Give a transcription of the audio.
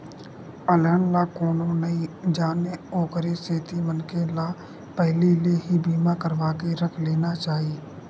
अलहन ला कोनो नइ जानय ओखरे सेती मनखे ल पहिली ले ही बीमा करवाके रख लेना चाही